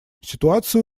ситуацию